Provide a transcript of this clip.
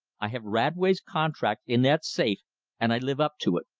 i have radway's contract in that safe and i live up to it.